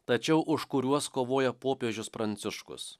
tačiau už kuriuos kovoja popiežius pranciškus